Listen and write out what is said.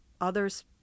others